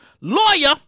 lawyer